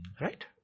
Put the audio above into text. Right